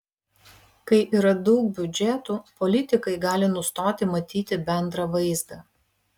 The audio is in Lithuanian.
kai yra daug biudžetų politikai gali nustoti matyti bendrą vaizdą